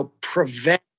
prevent